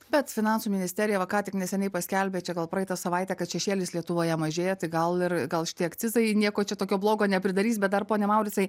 bet finansų ministerija va ką tik neseniai paskelbė čia gal praeitą savaitę kad šešėlis lietuvoje mažėja tai gal ir gal šitie akcizai nieko čia tokio blogo nepridarys bet dar pone mauricai